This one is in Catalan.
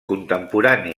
contemporani